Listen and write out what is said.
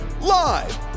live